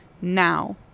now